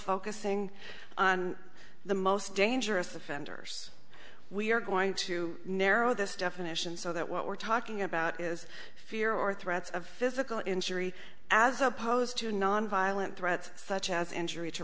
focusing on the most dangerous offenders we're going to narrow this definition so that what we're talking about is fear or threats of physical injury as opposed to nonviolent threats such as injury to